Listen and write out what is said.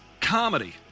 comedy